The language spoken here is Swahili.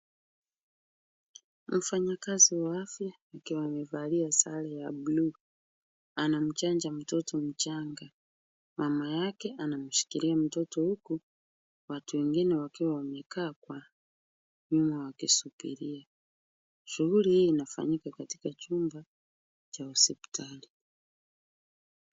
Mfanyakazi wa afya akiwa amevalia sare ya bluu, anamchanja mtoto mchanga. Mama yake anamshikilia mtoto huku watu wengine wakiwa wamekaa kwa nyuma wakisubiria. Shughuli hii inafanyika katika chumba cha hospitali.